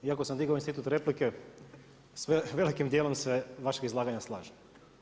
Iako sam dignuo institut replike s velikim dijelom se vašeg izlaganja slažem.